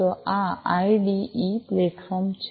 તો આ IDE platform છે